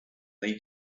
they